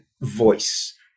voice